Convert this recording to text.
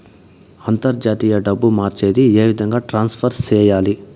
అంతర్జాతీయ డబ్బు మార్చేది? ఏ విధంగా ట్రాన్స్ఫర్ సేయాలి?